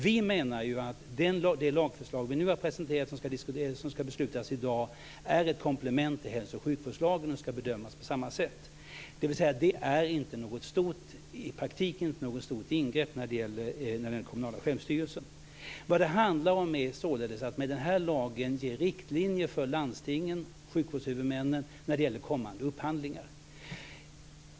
Vi menar att det lagförslag vi nu har presenterat och som det ska beslutas om i dag är ett komplement till hälso och sjukvårdslagen och ska bedömas på samma sätt. Det är alltså i praktiken inte något stort ingrepp när det gäller den kommunala självstyrelsen. Vad det handlar om är således att med den här lagen ge riktlinjer för landstingen, sjukvårdshuvudmännen, när det gäller kommande upphandlingar.